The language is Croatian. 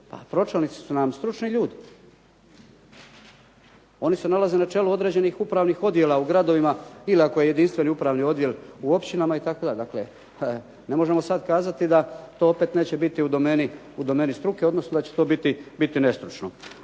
pročelnici su na stručni ljudi. Oni se nalaze na čelu određenih upravnih odjela u gradovima ili ako je jedinstveni upravi odjel u općinama itd. Ne možemo sada kazati da to opet neće biti u domeni struke, odnosno da će to biti nestručno.